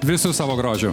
visu savo grožiu